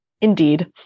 Indeed